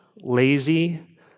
lazy